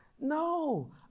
no